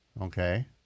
Okay